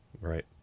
Right